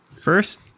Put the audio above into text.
first